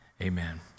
Amen